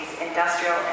industrial